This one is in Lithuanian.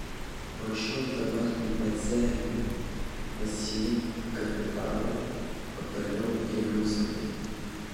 važiuok dabar į bazelį pasiimk kapitalą o toliau jeruzalėn